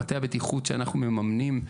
מטה הבטיחות שאנחנו מממנים,